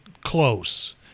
close